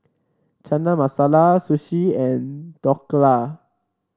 Chana Masala Sushi and Dhokla